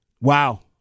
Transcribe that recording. Wow